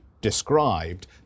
described